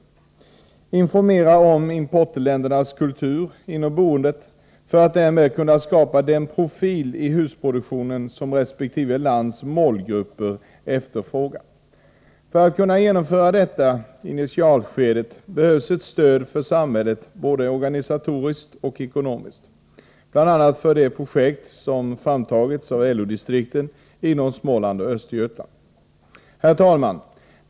Det gäller att informera om importländernas kultur inom boendet för att därmed kunna skapa den profil beträffande husprodukter som resp. lands målgrupper efterfrågar. För att kunna genomföra detta i initialskedet behövs ett stöd från samhället både organisatoriskt och ekonomiskt, bl.a. för de projekt som framtagits av LO-distrikten i Småland och Östergötland. Herr talman!